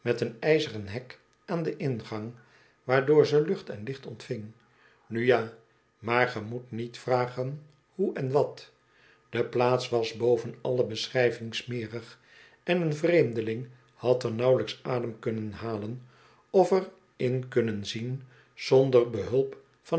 met een ijzeren hek aan den ingang waardoor ze lucht en licht ontving nu ja maar ge moet niet vragen hoe en wat de plaats was boven alle beschrijving smerig en een vreemdeling had er nauwelijks adem kunnen halen of er in kunnen zien zonder behulp van